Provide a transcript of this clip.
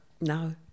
No